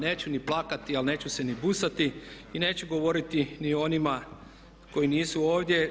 Neću ni plakati ali neću se ni busati i neću govoriti ni o onima koji nisu ovdje.